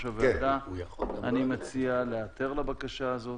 הוועדה אני מציע להיעתר לבקשה הזאת.